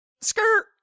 skirt